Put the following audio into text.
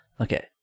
okay